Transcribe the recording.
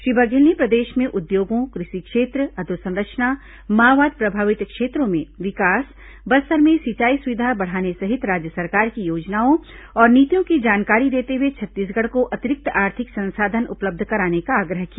श्री बघेल ने प्रदेश में उद्योगों कृषि क्षेत्र अधोसंरचना माओवाद प्रभावित क्षेत्रों में विकास बस्तर में सिंचाई सुविधा बढ़ाने सहित राज्य सरकार की योजनाओं और नीतियों की जानकारी देते हुए छत्तीसगढ़ को अतिरिक्त आर्थिक संसाधन उपलब्ध कराने का आग्रह किया